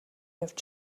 явж